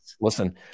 Listen